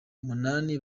umunani